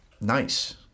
nice